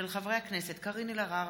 של חברי הכנסת קארין אלהרר,